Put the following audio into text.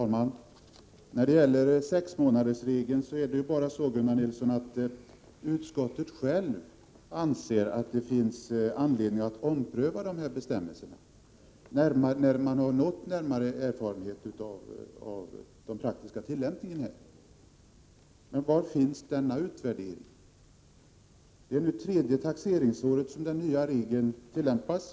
Fru talman! När det gäller sexmånadersregeln, Gunnar Nilsson, anser även utskottet att det finns anledning att ompröva dessa bestämmelser när man vunnit närmare erfarenhet av den praktiska tillämpningen. Men var finns det någon utvärdering? Det är nu tredje taxeringsåret som den nya regeln tillämpas.